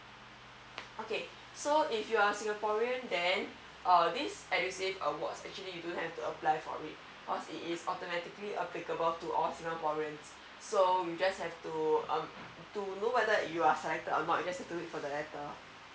okay so if you are singaporean then err this edusave awards actually you don't have to apply for it because it is automatically applicable to all singaporeans so you just have to um to know whether you are selected or not you just have to wait for the letter